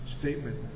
statement